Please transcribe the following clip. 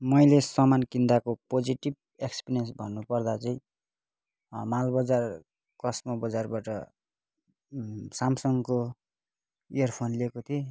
मैले सामान किन्दाको पोजेटिभ एक्सपिरियन्स भन्नुपर्दा चाहिँ मालबजार कस्मो बजारबाट सामसङको इयरफोन लिएको थिएँ